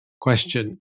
question